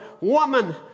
woman